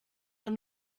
and